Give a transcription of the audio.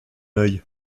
œil